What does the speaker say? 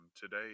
Today